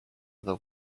other